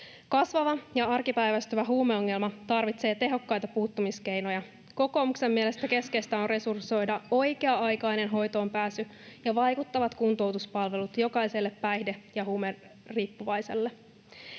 Kasvava ja arkipäiväistyvä huumeongelma tarvitsee tehokkaita puuttumiskeinoja. Kokoomuksen mielestä keskeistä on resursoida oikea-aikainen hoitoon pääsy ja vaikuttavat kuntoutuspalvelut jokaiselle päihde- ja huumeriippuvaiselle.